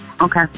Okay